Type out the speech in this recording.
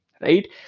right